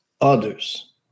others